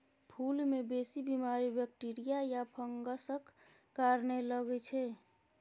फुल मे बेसी बीमारी बैक्टीरिया या फंगसक कारणेँ लगै छै